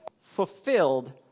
fulfilled